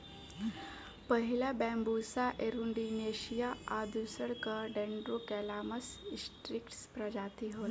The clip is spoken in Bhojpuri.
पहिला बैम्बुसा एरुण्डीनेसीया आ दूसरका डेन्ड्रोकैलामस स्ट्रीक्ट्स प्रजाति होला